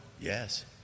Yes